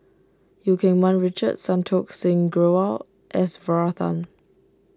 Eu Keng Mun Richard Santokh Singh Grewal S Varathan